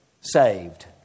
saved